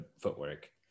footwork